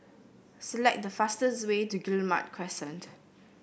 select the fastest way to Guillemard Crescent